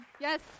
Yes